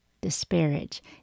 disparage